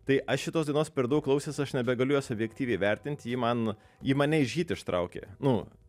tai aš šitos dainos per daug klausęs aš nebegaliu jos objektyviai vertint ji man ji mane iš hyt ištraukė nu